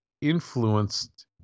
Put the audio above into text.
influenced